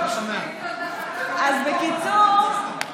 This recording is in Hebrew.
בקיצור,